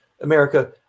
America